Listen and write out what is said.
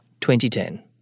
2010